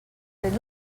tens